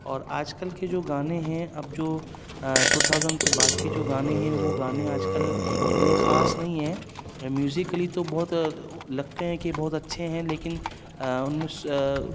اور آج کل کے جو گانے ہیں اب جو ٹو تھاؤزنڈ کے بعد کے جو گانے ہیں وہ گانے آج کل اتنے خاص نہیں ہیں میوزکلی تو بہت لگتے ہیں کہ بہت اچھے ہیں لیکن ان میں